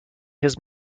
his